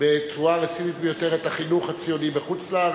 בצורה רצינית ביותר את החינוך הציוני בחו"ל.